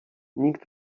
nikt